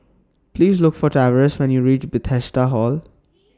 Please Look For Tavares when YOU REACH Bethesda Hall